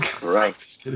Right